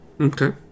Okay